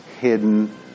hidden